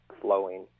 flowing